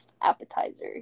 appetizer